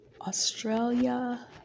Australia